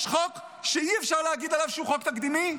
יש חוק שאי-אפשר להגיד עליו שהוא חוק תקדימי?